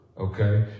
Okay